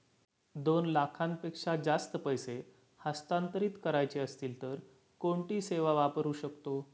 दोन लाखांपेक्षा जास्त पैसे हस्तांतरित करायचे असतील तर कोणती सेवा वापरू शकतो?